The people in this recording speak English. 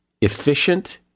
efficient